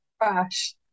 crash